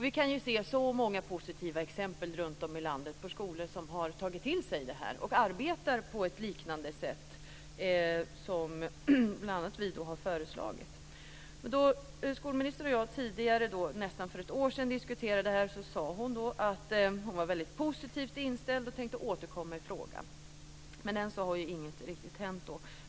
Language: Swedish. Vi kan se många positiva exempel runtom i landet på skolor som har tagit till sig detta och arbetar på ett liknande sätt som bl.a. vi har föreslagit. Då skolministern och jag för nästan ett år sedan diskuterade detta sade hon att hon var väldigt positivt inställd och tänkte återkomma i frågan. Än har dock ingenting hänt.